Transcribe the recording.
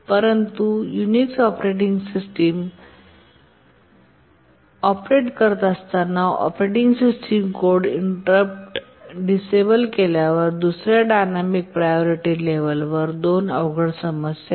परंतु Unix operating system operate करत असताना operating system code interrupt disable केल्यावर आणि दुसर्या डायनॅमिक प्रायोरिटी लेव्हल वर दोन अवघड समस्या आहेत